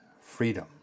freedom